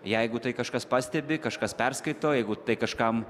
jeigu tai kažkas pastebi kažkas perskaito jeigu tai kažkam